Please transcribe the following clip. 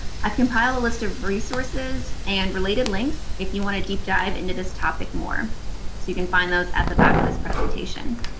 i've compiled a list of resources and related links if you want to deep-dive into this topic more, so you can find those at the back of this presentation.